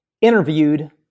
interviewed